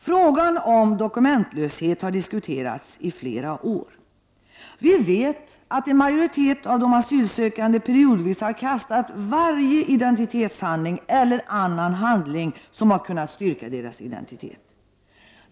Frågan om dokumentlöshet har diskuterats i flera år. Vi vet att en majoritet av de asylsökande periodvis har kastat varje identitetshandling eller annan handling som hade kunnat styrka identiteten.